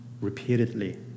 Repeatedly